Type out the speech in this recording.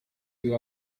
you